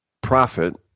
profit